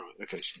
Okay